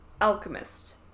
alchemist